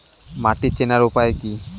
মাটি চেনার উপায় কি?